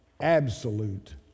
absolute